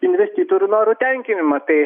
investitorių norų tenkinimą tai